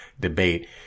debate